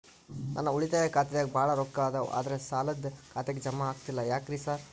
ನನ್ ಉಳಿತಾಯ ಖಾತ್ಯಾಗ ಬಾಳ್ ರೊಕ್ಕಾ ಅದಾವ ಆದ್ರೆ ಸಾಲ್ದ ಖಾತೆಗೆ ಜಮಾ ಆಗ್ತಿಲ್ಲ ಯಾಕ್ರೇ ಸಾರ್?